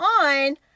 on